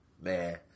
Man